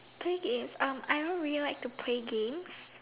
play games um I don't really like to play games